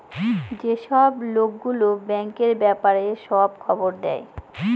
যেসব লোক গুলো ব্যাঙ্কের ব্যাপারে সব খবর দেয়